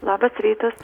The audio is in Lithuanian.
labas rytas